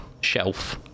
shelf